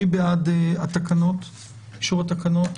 מי בעד אישור התקנות?